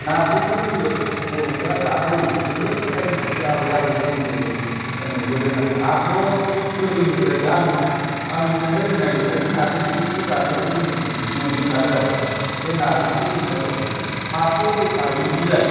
नारजिखौ जोङो बर'फ्रा जाखायो गोदो गोदायनिफ्रानो आबौ आबैमोननिफ्रायनो नुबोदों आरो आंथ' गोरलैनिफ्राय आं आं मिथिनो रोंनायनिफ्रायनो नारजि ओंख्रिखौ जानायखौ जोंनिफ्रायनो मोनबोखादों आरो बे नारजिखौ जों मा खालामो फाथो गोखानि बिलाइ